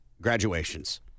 graduations